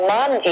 Mom